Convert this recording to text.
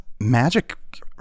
magic